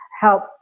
help